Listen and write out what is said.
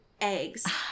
eggs